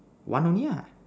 one only ah